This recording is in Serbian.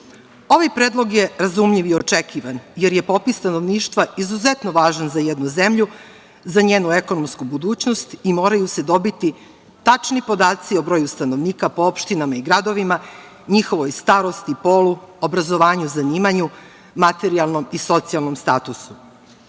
predlog je razumljiv i očekivan, jer je popis stanovništva izuzetno važan za jednu zemlju, za njenu ekonomsku budućnost i moraju se dobiti tačni podaci o broju stanovnika po opštinama i gradovima, njihovoj starosti, polu, obrazovanje, zanimanju, materijalnom i socijalnom statusu. Pored